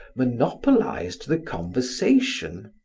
monopolized the conversation,